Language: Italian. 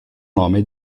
nome